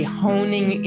honing